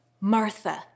Martha